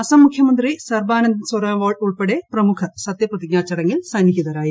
അസം മുഖ്യമന്ത്രി സർബാനന്ദ സൊനോവാൾ ഉൾപ്പെടെ പ്രമുഖർ സത്യപ്രതിജ്ഞാ ചടങ്ങിൽ സന്നിഹിതരായിരുന്നു